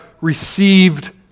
received